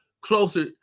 closer